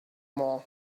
mall